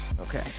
Okay